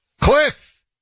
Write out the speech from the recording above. cliff